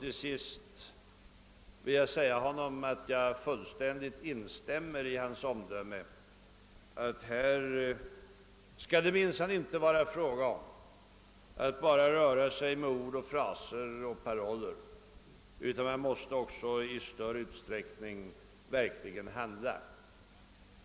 Till sist ber jag att få framhålla att jag fullständigt instämmer i herr Brandts omdöme att det minsann inte skall vara fråga om att bara röra sig med ord, fraser och paroller. Man måste också i större utsträckning verkligen handla.